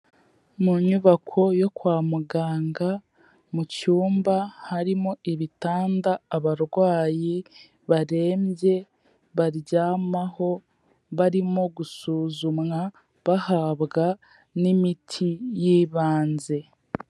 Mu nyubako yo kwa muganga mu cyumba harimo ibitanda abarwayi barembye baryamaho barimo gusuzumwa bahabwa n'imiti y'ibanze.